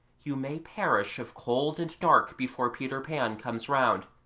you may perish of cold and dark before peter pan comes round.